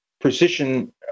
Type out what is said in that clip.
precision